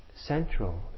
central